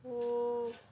আকৌ